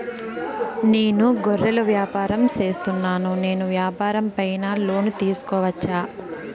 నేను గొర్రెలు వ్యాపారం సేస్తున్నాను, నేను వ్యాపారం పైన లోను తీసుకోవచ్చా?